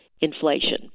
inflation